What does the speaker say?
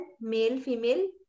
male-female